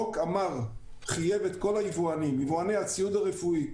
חוק אמ"ר חייב את כל יבואני הציוד הרפואי